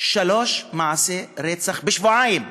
שלושה מעשי רצח בשבועיים.